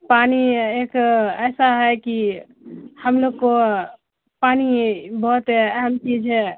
پانی ایک ایسا ہے کہ ہم لوگ کو پانی بہت اہم چیز ہے